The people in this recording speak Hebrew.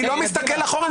אני לא מסתכל אחורה.